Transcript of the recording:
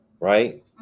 right